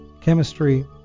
chemistry